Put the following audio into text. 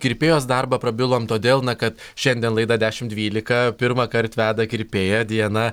kirpėjos darbą prabilom todėl na kad šiandien laidą dešim dvylika pirmąkart veda kirpėja diana